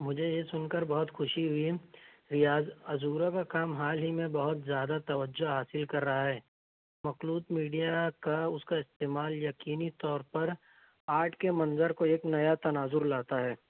مجھے یہ سن کر بہت خوشی ہوئی ریاض عزورہ کا کام حال ہی میں بہت زیادہ توجہ حاصل کر رہا ہے مخلوط میڈیا کا اس کا استعمال یقینی طور پر آرٹ کے منظر کو ایک نیا تناظر لاتا ہے